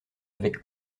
avec